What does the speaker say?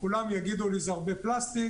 כולם יגידו, זה הרבה פלסטיק.